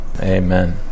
Amen